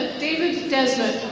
david desmond.